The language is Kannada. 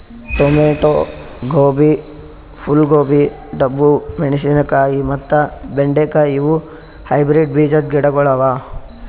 ಟೊಮೇಟೊ, ಗೋಬಿ, ಫೂಲ್ ಗೋಬಿ, ಡಬ್ಬು ಮೆಣಶಿನಕಾಯಿ ಮತ್ತ ಬೆಂಡೆ ಕಾಯಿ ಇವು ಹೈಬ್ರಿಡ್ ಬೀಜದ್ ಗಿಡಗೊಳ್ ಅವಾ